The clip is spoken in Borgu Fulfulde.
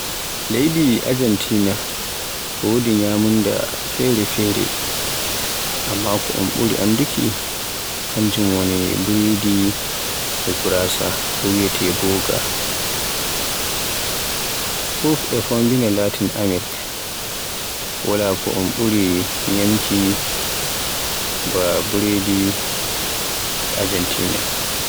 Leydi Argentina wodi nyamunda fere-fere Amma ko un ɓuri annduki kanjum woni burodi e guraasa ko wiyeete bugga. Fuf e Fombina Latin Amirk Wala to ɓuri nyamki burodi ba Argentina.